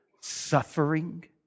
Suffering